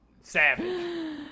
Savage